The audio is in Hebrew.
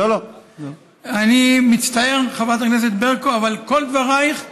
אני מצטער, חברת הכנסת ברקו, אבל כל דברייך,